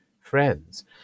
friends